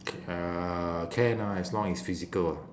c~ uh can ah as long it's physical ah